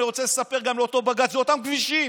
אני רוצה לספר גם לאותו בג"ץ: זה אותם כבישים.